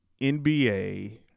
NBA